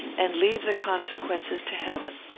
and leave the consequences to heaven.